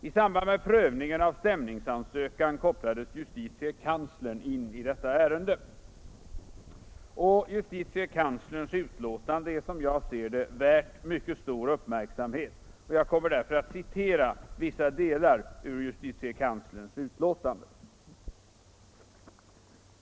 I samband med prövningen av stämningsansökan kopplades justitiekanslern in i detta ärende. Justitiekanslerns utlåtande är, som jag ser det, värt mycket stor uppmärksamhet, och jag kommer därför att citera vissa delar ur detta.